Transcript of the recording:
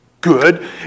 good